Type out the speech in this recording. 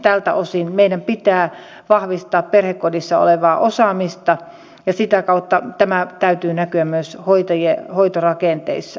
tältä osin meidän pitää vahvistaa perhekodissa olevaa osaamista ja sitä kautta tämän täytyy näkyä myös hoitajarakenteessa